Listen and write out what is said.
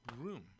room